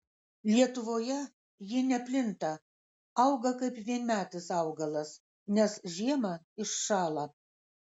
lietuvoje ji neplinta auga kaip vienmetis augalas nes žiemą iššąla